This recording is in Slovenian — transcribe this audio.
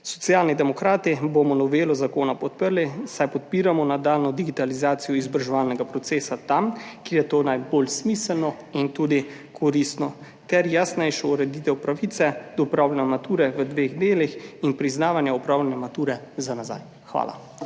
Socialni demokrati bomo novelo zakona podprli, saj podpiramo nadaljnjo digitalizacijo izobraževalnega procesa tam, kjer je to najbolj smiselno in tudi koristno, ter jasnejšo ureditev pravice do opravljanja mature v dveh delih in priznavanja opravljene mature za nazaj. Hvala.